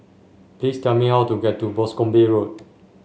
please tell me how to get to Boscombe Road